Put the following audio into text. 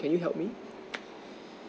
can you help me